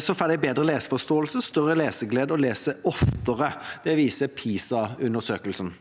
får bedre leseforståelse, større leseglede og leser oftere. Det viser PISA-undersøkelsen.